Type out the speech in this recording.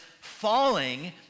falling